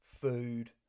food